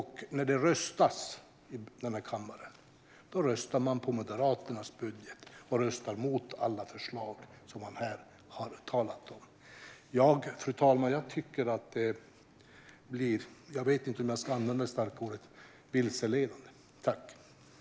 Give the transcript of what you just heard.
Men när det röstas i kammaren röstar man på Moderaternas budget och röstar emot alla förslag man har talat om. Jag tycker att det blir - jag vet inte om jag ska använda det starka ordet - vilseledande, fru talman.